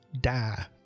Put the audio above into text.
die